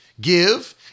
Give